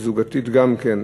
הזוגית גם כן,